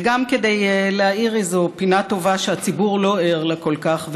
וגם כדי להאיר איזו פינה טובה שהציבור לא ער לה כל כך,